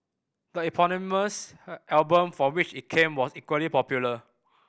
the eponymous album from which it came was equally popular